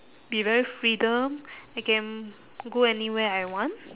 be very freedom I can go anywhere I want